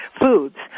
foods